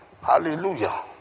Hallelujah